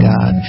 God